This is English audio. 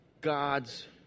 God's